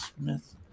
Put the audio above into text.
Smith